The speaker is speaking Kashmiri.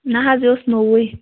نہَ حظ یہِ اوس نوٚوُے